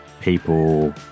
people